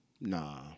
nah